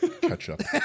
ketchup